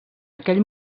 aquell